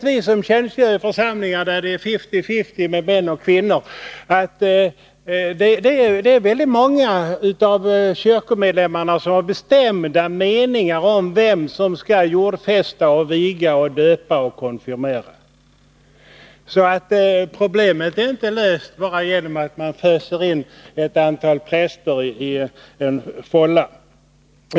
Vi som tjänstgör i församlingar där det är fifty-fifty mellan manliga och kvinnliga präster vet att det är många av kyrkomedlemmarna som har bestämda meningar om vem som skall jordfästa, viga, döpa och konfirmera. Problemet är inte löst bara genom att man föser in ett antal präster i en fålla.